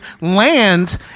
land